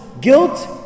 guilt